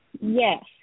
Yes